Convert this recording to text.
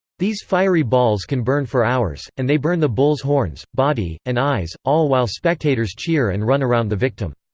these fiery balls can burn for hours, and they burn the bull's horns, body, and eyes all while spectators cheer and run around the victim.